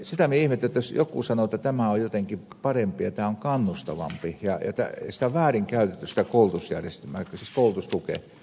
sitä minä ihmettelen jos joku sanoo että tämä on jotenkin parempi ja tämä on kannustavampi ja sitä koulutustukea on väärinkäytetty sen minä haluaisin nähdä